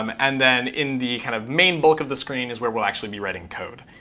um and then, in the kind of main bulk of the screen is where we'll actually be writing code.